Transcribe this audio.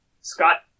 Scott